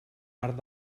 fart